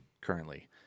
currently